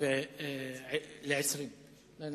13:10 ל-13:20.